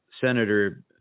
Senator